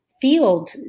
field